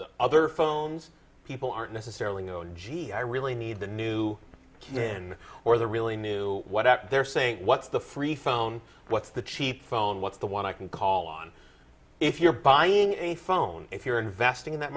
the other phones people aren't necessarily known gee i really need the new kid and or the really knew what they're saying what's the free phone what's the cheap phone what's the one i can call on if you're buying a phone if you're investing in that